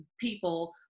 people